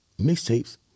mixtapes